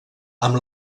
amb